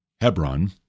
Hebron